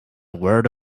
word